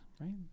right